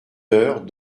heures